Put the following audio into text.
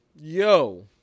Yo